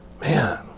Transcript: man